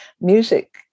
Music